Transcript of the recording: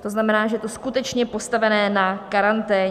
To znamená, že to skutečně je postavené na karanténě.